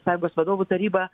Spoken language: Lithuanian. sąjungos vadovų taryba